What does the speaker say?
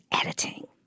editing